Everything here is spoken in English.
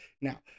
Now